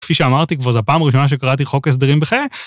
כפי שאמרתי כבר, זו הפעם הראשונה שקראתי חוק הסדרים בחיי.